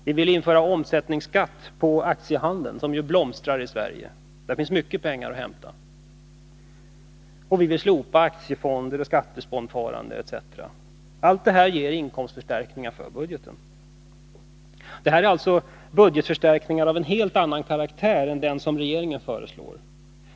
Vi vill införa omsättningsskatt på aktiehandeln, som ju blomstrar i Sverige. Där finns mycket pengar att hämta. Vi vill slopa aktiefondsoch skattefondsparande, m.m. Allt detta ger inkomstförstärkningar i budgeten. Alla dessa budgetförstärkningar är av helt annan karaktär än de som regeringen föreslår.